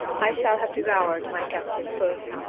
i shall have devoured my captive foot.